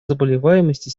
заболеваемости